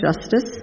justice